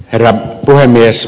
herra puhemies